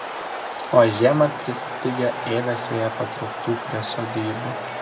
o žiemą pristigę ėdesio jie patrauktų prie sodybų